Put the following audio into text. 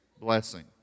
blessing